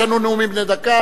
יש לנו נאומים בני דקה.